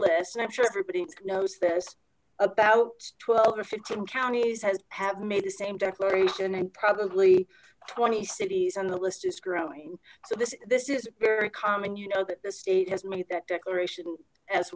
list and i'm sure everybody knows this about twelve or fifteen counties has have made the same declaration and probably twenty cities on the list is growing so this this is very common you know that the state hasn't made that declaration as